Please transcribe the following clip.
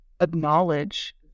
acknowledge